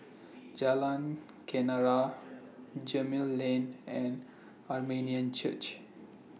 Jalan Kenarah Gemmill Lane and Armenian Church